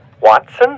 Watson